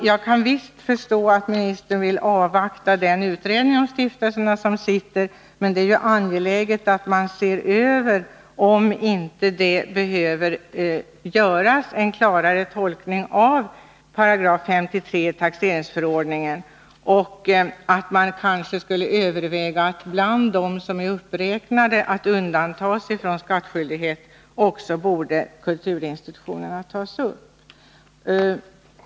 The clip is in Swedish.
Jag kan visst förstå att ministern vill avvakta den utredning av stiftelserna som arbetar, men det är ju angeläget att man ser över om det inte behöver göras en klarare tolkning av 53 § i taxeringsförordningen och att man kanske överväger att ta upp också kulturinstitutionerna bland dem som är uppräknade som skall undantas från skattskyldighet.